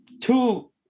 two